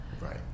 right